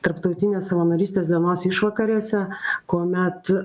tarptautinės savanorystės dienos išvakarėse kuomet